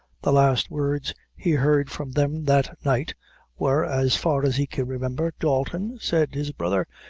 the last words he heard from them that night were, as far as he can remember dalton, said his brother,